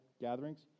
gatherings